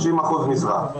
30 אחוזים משרה.